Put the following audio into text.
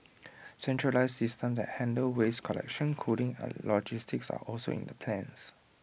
centralised systems that handle waste collection cooling and logistics are also in the plans